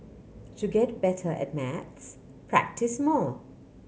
to get better at maths practise more